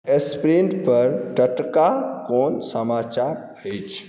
sprint पर टटका कोन समाचार अछि